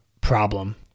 problem